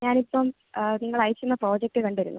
ഞാൻ ഇപ്പം നിങ്ങൾ അയക്കുന്ന പ്രോജക്റ്റ് കണ്ടിരുന്നു